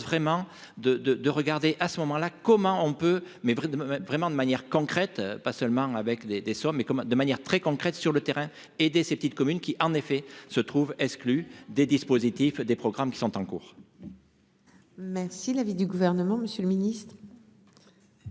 de, de, de regarder à ce moment-là commun, on peut, mais près de vraiment de manière concrète, pas seulement avec des des sauts mais comme de manière très concrète sur le terrain, aider ces petites communes qui, en effet, se trouvent exclus des dispositifs, des programmes qui sont en cours. Même si l'avis du gouvernement, monsieur le ministre.